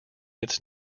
its